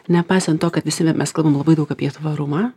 nepaisant to kad visi mes kalbam labai daug apie tvarumą